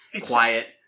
quiet